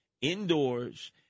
indoors